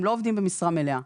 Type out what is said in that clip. הם לא עובדים במשרה מלאה.